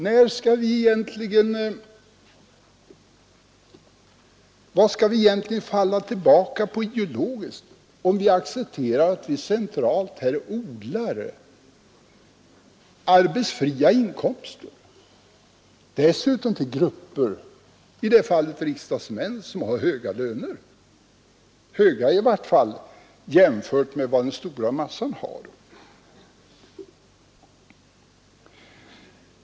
Vad skall vi egentligen falla tillbaka på ideologiskt, om vi centralt accepterar arbetsfria inkomster och det dessutom till grupper — i det här fallet riksdagsmän — som har höga löner, höga i vart fall jämfört med vad den stora massan har.